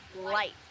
light